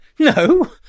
No